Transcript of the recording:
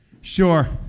sure